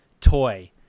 toy